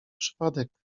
przypadek